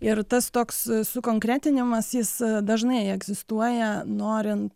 ir tas toks sukonkretinimas jis dažnai egzistuoja norint